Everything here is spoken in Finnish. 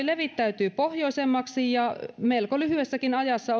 levittäytyy pohjoisemmaksi ja on oletettavaa että melko lyhyessäkin ajassa